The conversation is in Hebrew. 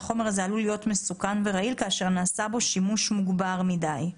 שהחומר הזה עלול להיות מסוכן ורעיל כאשר נעשה בו שימוש מוגבר מדי.